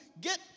get